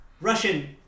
Russian